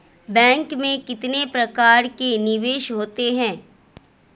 Bank में कितने प्रकार के निवेश होते हैं?